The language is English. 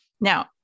Now